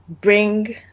bring